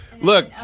Look